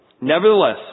Nevertheless